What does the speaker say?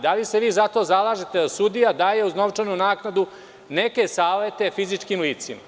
Da li se vi za to zalažete da sudija daje uz novčanu naknadu neke savete fizičkim licima?